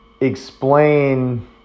explain